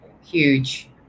huge